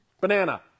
banana